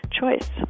choice